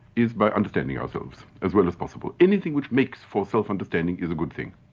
is by understanding ourselves, as well as possible. anything which makes for self-understanding is a good thing.